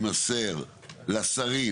תימסר לשרים